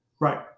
Right